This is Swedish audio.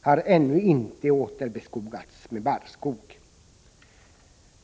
har ännu inte återbeskogats med barrskog.